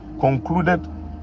concluded